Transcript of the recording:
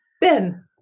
ben